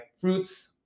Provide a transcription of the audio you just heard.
fruits